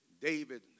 David